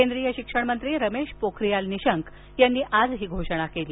केंद्रीय शिक्षणमंत्री रमेश पोखरीयाल निशंक यांनी आज ही घोषणा केली